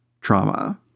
trauma